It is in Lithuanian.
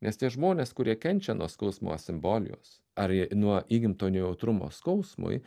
nes tie žmonės kurie kenčia nuo skausmo simbolijos ar nuo įgimto nejautrumo skausmui